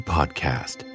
Podcast